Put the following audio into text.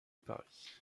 paris